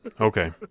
okay